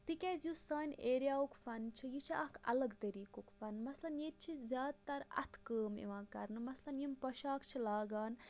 تِکیٛازِ یُس سانہِ ایریا ہُک فَن چھِ یہِ چھِ اَکھ الگ طریٖقُک فَن مثلاً ییٚتہِ چھِ زیادٕ تر اَتھٕ کٲم یِوان کَرنہٕ مثلاً یِم پۄشاک چھِ لاگان